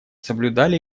соблюдали